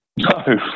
No